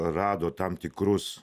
rado tam tikrus